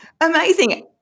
Amazing